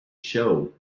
show